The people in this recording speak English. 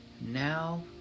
now